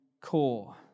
core